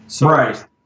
Right